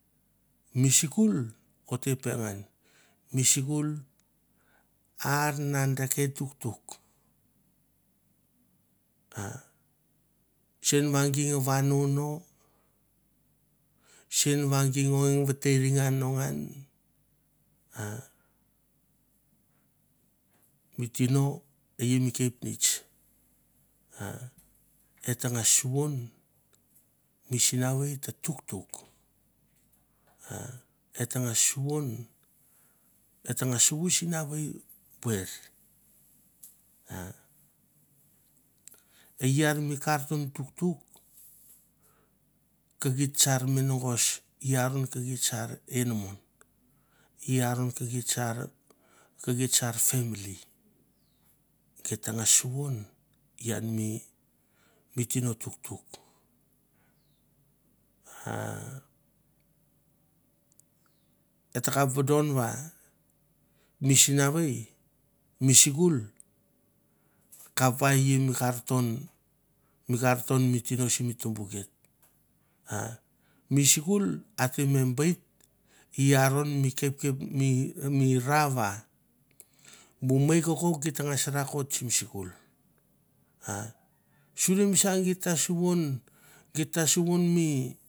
Mi sikul ot te pengan, mi sikul ar na deke tuktuk a sen va gi nga vano no, sen va gi ang veteri nga no ngan a mi tino e i mi kepnets a et tangas suvon mi sinavei ta tuktuk a a e i are mi karton tuktuk ke geit sar menagos i aron ke sar enamon i aron ke geit sar family geit ta ngas suvon va mi sinavei mi sikul kap va i takap vodon va mi sinavei mi sikul kap va i mi karton mi tino sim tumbou geit. A mi sikul ate me beit i aron mi kepkep rawa bu mei kokouk git tangas rakot simi school, suri mi sa git ta suvan mi